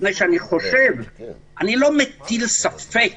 מטיל ספק